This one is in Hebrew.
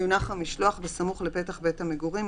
יונח המשלוח בסמוך לפתח בית המגורים,